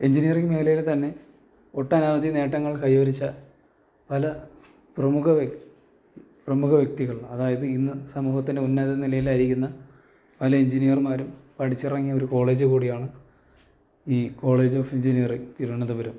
engineering മേഖലയിൽ തന്നെ ഒട്ടനവധി നേട്ടങ്ങൾ കൈവരിച്ച പല പ്രമുഖ വ്യ പ്രമുഖ വ്യക്തികൾ അതായത് ഇന്ന് സമൂഹത്തിന് ഉന്നതനിലയിലായിരിക്കുന്ന പല എഞ്ചിനിയർമാരും പഠിച്ചിറങ്ങിയ ഒരു കോളേജ് കൂടിയാണ് ഈ കോളേജ് ഓഫ് എഞ്ചിനിയറിങ് തിരുവനതപുരം